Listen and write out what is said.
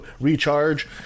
Recharge